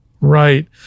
Right